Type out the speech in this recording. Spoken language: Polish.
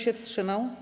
się wstrzymał?